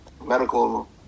Medical